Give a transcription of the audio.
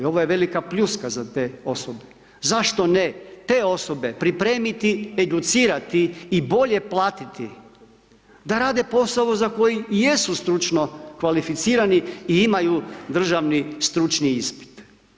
Ovo je velika pljuska za te osobe, zašto ne te osobe pripremiti, educirati i bolje platiti, da rade posao za koji i jesu stručno kvalificirani i imaju državni stručni ispit.